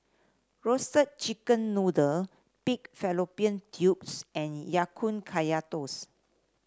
Roasted Chicken Noodle Pig Fallopian Tubes and Ya Kun Kaya Toast